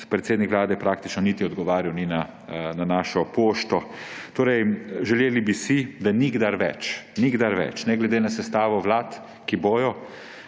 predsednik vlade praktično niti odgovarjal ni na našo pošto. Želeli bi si, da nikdar več, ne glede na sestavo vlad, ki bodo,